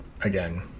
again